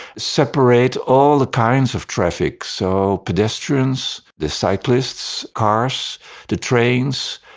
separate all the kinds of traffic so pedestrians, the cyclists, cars the trains.